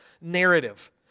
narrative